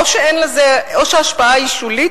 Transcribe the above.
או שההשפעה היא שולית,